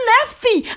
Lefty